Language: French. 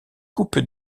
coupe